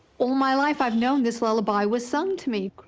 all my life, i've known this lullaby was sung to me.